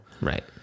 Right